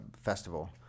festival